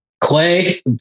Clay